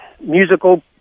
musical